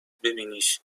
ببینیش